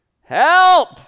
help